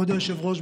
כבוד היושב-ראש,